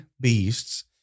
Beasts